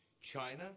China